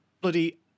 bloody